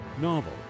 novel